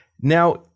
now